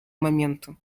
моменту